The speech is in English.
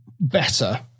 better